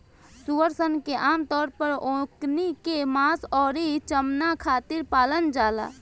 सूअर सन के आमतौर पर ओकनी के मांस अउरी चमणा खातिर पालल जाला